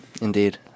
Indeed